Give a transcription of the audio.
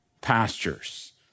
pastures